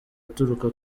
aturuka